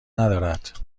ندارد